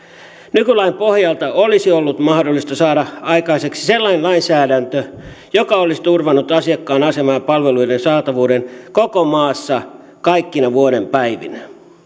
nykylain pohjalta olisi ollut mahdollista saada aikaiseksi sellainen lainsäädäntö joka olisi turvannut asiakkaan aseman ja palveluiden saatavuuden koko maassa kaikkina vuoden päivinä